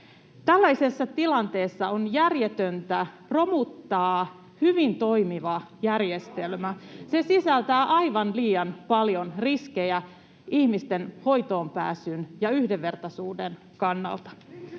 Tällaisessa tilanteessa on järjetöntä romuttaa hyvin toimiva järjestelmä. Se sisältää aivan liian paljon riskejä ihmisten hoitoonpääsyn ja yhdenvertaisuuden kannalta.